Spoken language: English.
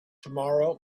tomorrow